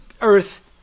earth